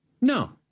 No